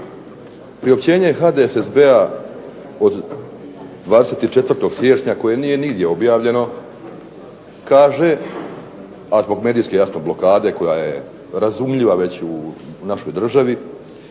Priopćenje HDSSB-a od 24. siječnja koje nije nigdje objavljeno kaže a zbog medijske jasno blokade koja je razumljiva već u našoj državi